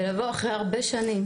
לבוא אחרי הרבה שנים